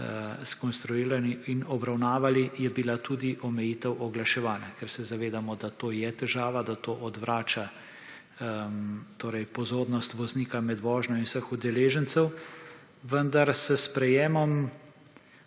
skonstruirali in obravnavali je bila tudi omejitev oglaševanja, ker se zavedamo, da to je težava, da to odvrača pozornost voznika med vožnjo in vseh udeležencev. Vendar s sprejemom